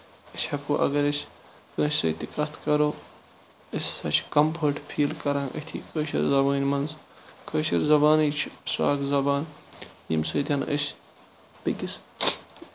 أسۍ ہیٚکَو اَگر أسۍ کٲنٛسہِ سۭتۍ تہِ کَتھ کَرو أسۍ ہسا چھِ کَمفٲٹ فیٖل کران أتھۍ کٲشِر زَبٲنۍ منٛز کٲشِر زَبانٕے چھِ سۄ اکھ زَبان ییٚمہِ سۭتۍ أسۍ بیٚیِس